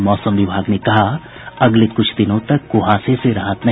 और मौसम विभाग ने कहा अगले कुछ दिनों तक कुहासे से राहत नहीं